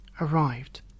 arrived